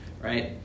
right